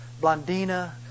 Blondina